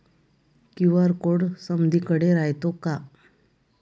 QR code समदीकडे रायतो का?